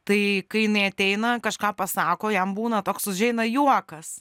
tai kai jinai ateina kažką pasako jam būna toks užeina juokas